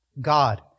God